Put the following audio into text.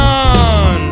on